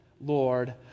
Lord